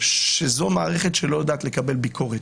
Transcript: שזו מערכת שלא יודעת לקבל ביקורת.